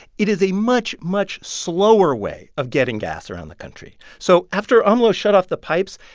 it is a much, much slower way of getting gas around the country. so after amlo shut off the pipes,